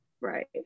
Right